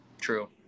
True